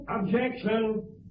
Objection